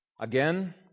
Again